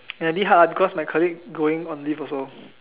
and a bit hard ah because my colleague going on leave also